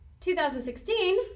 2016